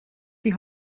die